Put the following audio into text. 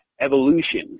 evolution